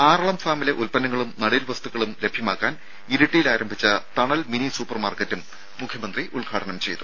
ആറളം ഫാമിലെ ഉൽപന്നങ്ങളും നടീൽ വസ്തുക്കളും ലഭ്യമാക്കാൻ ഇരിട്ടിയിൽ ആരംഭിച്ച തണൽ മിനി സൂപ്പർമാർക്കറ്റും മുഖ്യമന്ത്രി ഉദ്ഘാടനം ചെയ്തു